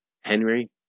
Henry